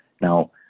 Now